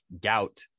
gout